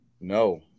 No